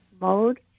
mode